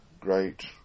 great